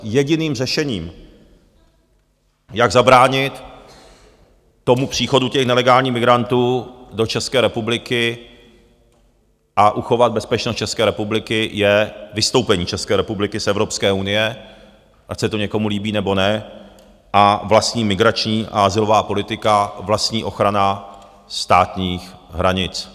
Jediným řešením, jak zabránit příchodu nelegálních migrantů do České republiky a uchovat bezpečnost České republiky, je vystoupení České republiky z Evropské unie ať se to někomu líbí, nebo ne a vlastní migrační a azylová politika, vlastní ochrana státních hranic.